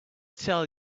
tell